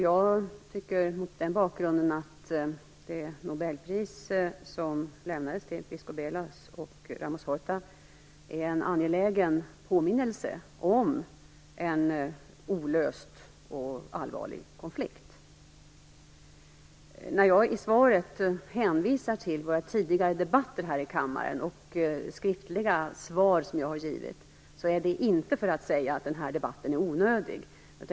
Jag tycker mot den bakgrunden att det nobelpris som lämnades till biskop Belo och Ramos Horta är en angelägen påminnelse om en olöst och allvarlig konflikt. När jag i svaret hänvisar till våra tidigare debatter här i kammaren och skriftliga svar som jag har givit är det inte för att säga att den här debatten är onödig.